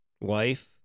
wife